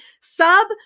sub